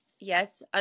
yes